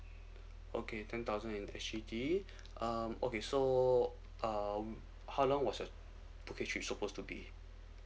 okay ten thousand in the S_C_D um okay so um how long was your phuket trip supposed to be